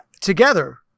together